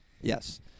Yes